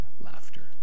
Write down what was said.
laughter